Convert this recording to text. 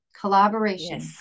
collaboration